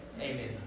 Amen